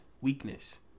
weakness